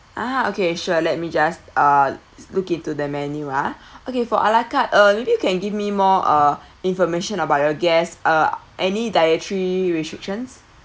ah okay sure let me just uh look into the menu ah okay for a la carte uh maybe you can give me more uh information about your guests uh any dietary restrictions